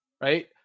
Right